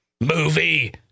Movie